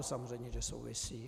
Samozřejmě že souvisí.